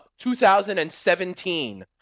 2017